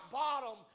bottom